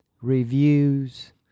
reviews